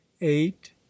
eight